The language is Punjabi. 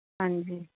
ਹਾਂਜੀ